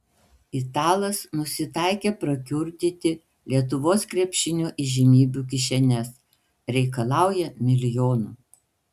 italas nusitaikė prakiurdyti lietuvos krepšinio įžymybių kišenes reikalauja milijonų